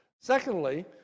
Secondly